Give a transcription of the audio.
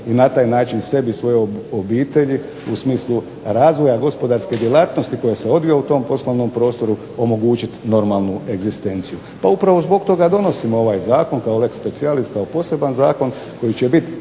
i na taj način sebi i svojoj obitelji u smislu razvoja gospodarske djelatnosti koja se odvija u tom poslovnom prostoru omogućiti normalnu egzistenciju. Pa upravo zbog toga donosimo ovaj zakon kao lex specialis kao poseban zakon koji će biti